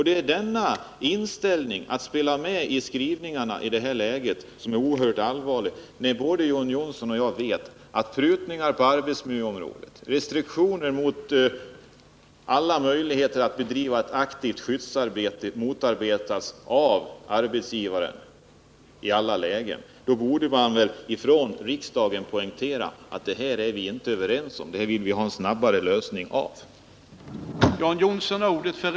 Det är den inställning socialdemokratin redovisar genom sitt spel med de borgerliga i samband med skrivningarna som är så oerhört allvarlig. Både John Johnsson och jag vet ju att det förekommer prutningar och restriktioner på arbetsmiljöområdet. Möjligheterna att driva ett aktivt skyddsarbete motarbetas av arbetsgivaren i alla lägen, och då borde socialdemokraterna i riksdagen poängtera att de inte godkänner något sådant och att de vill ha en snabbare lösning på de här problemen.